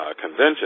convention